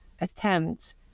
attempt